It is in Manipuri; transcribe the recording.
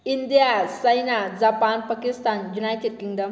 India China Japan Pakistan United kingdom